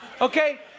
Okay